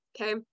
Okay